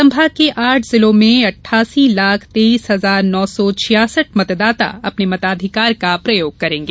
संभाग के आठ जिलों में अट्ठासी लाख तेइस हजार नौ सौ छियासठ मतदाता अपने मताधिकार का प्रयोग करेंगे